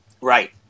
Right